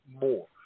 More